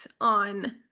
on